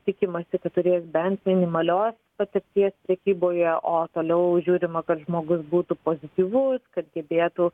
tikimasi kad turės bent minimalios patirties prekyboje o toliau žiūrima kad žmogus būtų pozityvus kad gebėtų